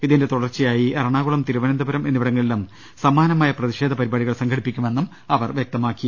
ഇതിന്റെ തുടർച്ചയായി എറണാകുളം തിരുവനന്തപുര്ം എന്നിവിടങ്ങളിലും സമാനമായ പ്രതിഷേധ പരിപാടികൾ സംഘടിപ്പിക്കുമെന്നും അവർ വ്യക്തമാക്കി